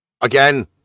Again